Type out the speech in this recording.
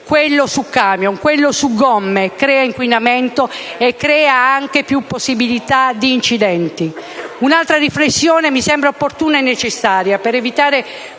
quello su camion, quello su gomma crea inquinamento e comporta maggiori possibilità di incidenti. Un'altra riflessione mi sembra opportuna e necessaria per evitare